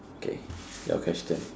okay your question